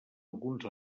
alguns